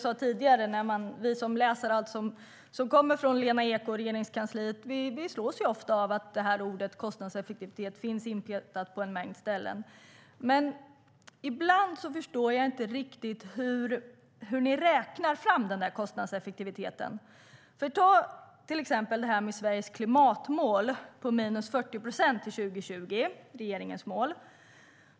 Vi som läser allt som kommer från Lena Ek och Regeringskansliet slås ofta av att ordet kostnadseffektivitet finns inpetat på en mängd ställen. Ibland förstår jag inte riktigt hur ni räknar fram kostnadseffektiviteten. Sveriges klimatmål ska vara 40 procent till 2020. Det är regeringens mål.